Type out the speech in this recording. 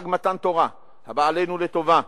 חג מתן תורה הבא עלינו לטובה,